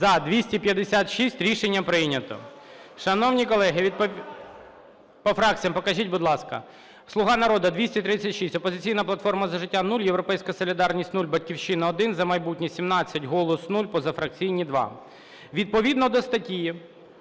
За-256 Рішення прийнято. Шановні колеги, по фракціям покажіть, будь ласка. "Слуга народу" – 236, "Опозиційна платформа - За життя" – 0, "Європейська солідарність" – 0, "Батьківщина" – 1, "За майбутнє" – 17, "Голос" – 0, позафракційні – 2. Відповідно до статті